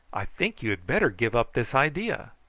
i think you had better give up this idea.